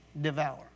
devour